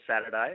Saturday